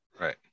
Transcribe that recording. Right